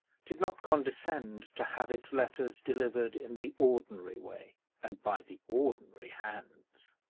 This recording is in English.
did not condescend to have its letters delivered in the ordinary way, and by the ordinary hands.